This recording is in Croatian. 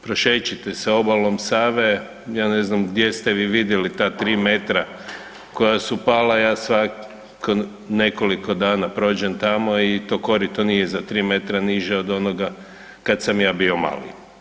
Prošećite se obalom Save, ja ne znam gdje ste vi vidjeli ta tri metra koja su pala, ja svako nekoliko dana prođem tamo i to korito nije za tri metra niže od onoga kad sam ja bio mali.